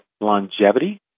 longevity